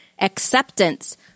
acceptance